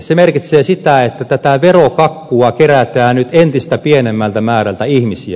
se merkitsee sitä että tätä verokakkua kerätään nyt entistä pienemmältä määrältä ihmisiä